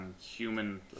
human